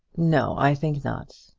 no i think not.